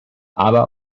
aber